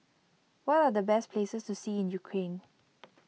what are the best places to see in Ukraine